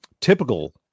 typical